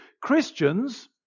Christians